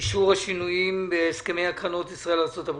אישור השינויים בהסכמי הקרנות ישראל-ארה"ב